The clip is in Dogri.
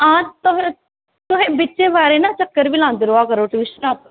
आं तुस तुस बिच वारें ना चक्कर लांदे रवा करो ट्यूशनां